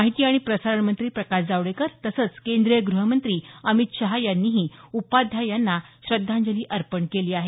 माहिती आणि प्रसारण मंत्री प्रकाश जावडेकर तसंच केंद्रीय गृहमंत्री अमित शहा यांनीही उपाध्याय यांना श्रद्धांजली अर्पण केली आहे